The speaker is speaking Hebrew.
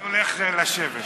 אני הולך לשבת.